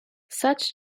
such